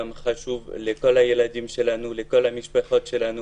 גם חשוב לכל הילדים שלנו, לכל המשפחות שלנו,